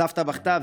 הסבתא בכתה,